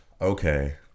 okay